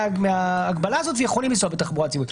מההגבלה הזאת ויכולים לנסוע בתחבורה הציבורית?